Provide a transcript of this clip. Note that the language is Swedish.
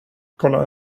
kolla